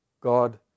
God